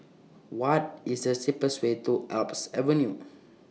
What IS The cheapest Way to Alps Avenue